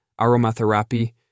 aromatherapy